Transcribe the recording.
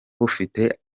bufite